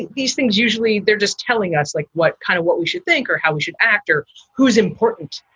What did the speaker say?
these things usually they're just telling us like what kind of what we should think or how we should act or who is important.